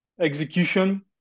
execution